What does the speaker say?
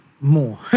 more